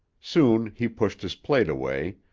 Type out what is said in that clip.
soon he pushed his plate away,